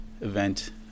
event